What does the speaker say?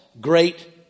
great